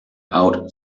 out